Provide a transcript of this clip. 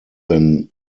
than